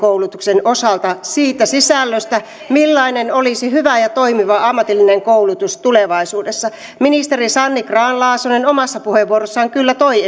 koulutuksen osalta siitä sisällöstä millainen olisi hyvä ja toimiva ammatillinen koulutus tulevaisuudessa ministeri sanni grahn laasonen omassa puheenvuorossaan sen kyllä toi